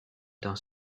dans